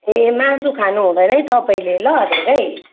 ए मासु खानु हुँदैन है तपाईँले ल धेरै